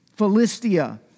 Philistia